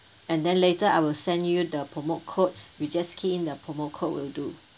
and then later I will send you the promote code you just key in the promote code will do